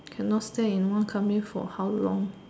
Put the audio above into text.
cannot say you want coming for how long